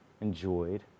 enjoyed